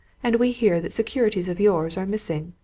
and we hear that securities of yours are missing.